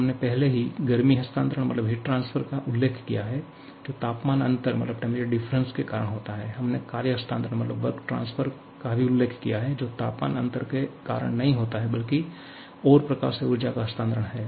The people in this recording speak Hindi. हमने पहले ही गर्मी हस्तांतरण का उल्लेख किया है जो तापमान अंतर के कारण होता है हमने कार्य हस्तांतरण का भी उल्लेख किया है जो तापमान अंतर के कारण नहीं होता है बल्की और प्रकार से ऊर्जा का हस्तांतरण है